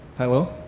hello.